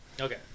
okay